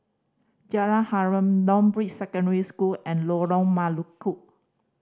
Jalan Harum Northbrooks Secondary School and Lorong Melukut